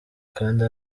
kandi